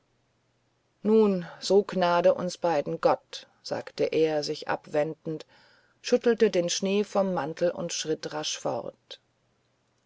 nun so gnade uns beiden gott sagte er sich abwendend schüttelte den schnee vom mantel und schritt rasch fort